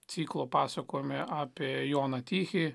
ciklo pasakojimai apie joną tichį